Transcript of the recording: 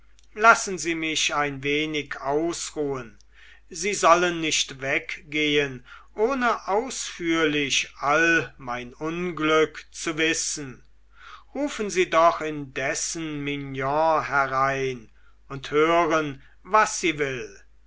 lassen sie mich ein wenig ausruhen sie sollen nicht weggehen ohne ausführlich all mein unglück zu wissen rufen sie doch indessen mignon herein und hören was sie will